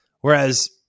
Whereas